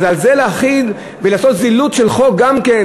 אז על זה להחיל ולעשות זילות של חוק גם כן,